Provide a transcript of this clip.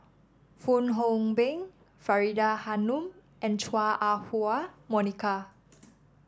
Fong Hoe Beng Faridah Hanum and Chua Ah Huwa Monica